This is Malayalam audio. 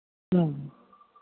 ഉം